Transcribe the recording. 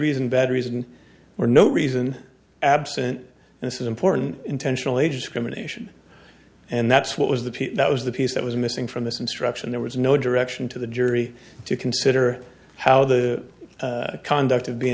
reason bad reason or no reason absent this is important intentional age discrimination and that's what was the piece that was the piece that was missing from this instruction there was no direction to the jury to consider how the conduct of being